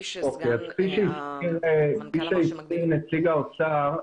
כפי שהסביר נציג האוצר,